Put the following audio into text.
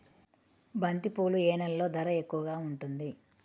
బంతిపూలు ఏ నెలలో ధర ఎక్కువగా ఉంటుంది?